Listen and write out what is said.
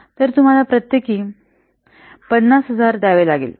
तर तुम्हाला प्रत्येकी 50000 द्यावे लागेल